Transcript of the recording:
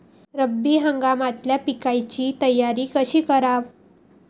रब्बी हंगामातल्या पिकाइची तयारी कशी कराव?